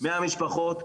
100 משפחות,